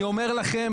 אני אומר לכם,